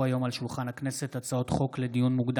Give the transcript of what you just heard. על שולחן הכנסת 3 מזכיר הכנסת דן מרזוק: